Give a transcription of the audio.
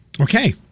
Okay